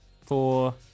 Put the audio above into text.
Four